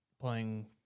playing